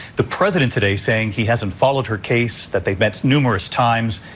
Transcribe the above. the president today saying he hasn't followed her case, that they've met numerous times,